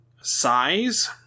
size